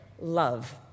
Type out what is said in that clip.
love